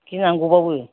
गिनांगौबाबो